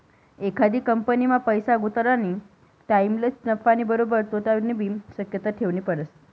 एखादी कंपनीमा पैसा गुताडानी टाईमलेच नफानी बरोबर तोटानीबी शक्यता ठेवनी पडस